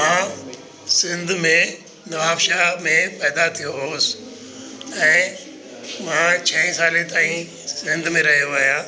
मां सिंध में नवाबशाह में पैदा थियो हुउसि ऐं मां छहें साले ताईं सिंध में रहियो आहियां